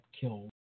killed